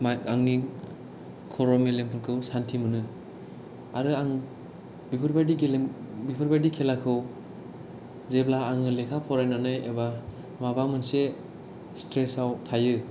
आंनि खर' मेलेमखौ सानथि मोनो आरो आं बेफोर बायदि खेलाखौ जेब्ला आङो लेखा फरायनानै एबा माबा मोनसो सिथ्रेसआव थायो